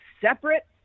Separate